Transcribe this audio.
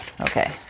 okay